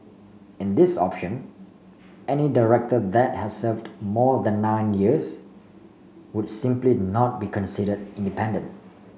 in this option any director that has served more than nine years would simply not be considered independent